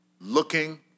Looking